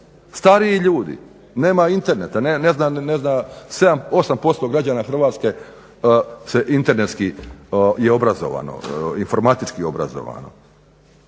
stariji ljudi. Nema interneta, ne zna 7-8% građana Hrvatske je internetski obrazovano, informatički obrazovano.